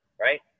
right